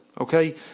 okay